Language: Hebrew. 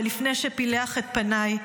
שלפני שפילח את פניי,